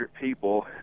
people